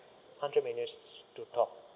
hundred minutes to talk